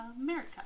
america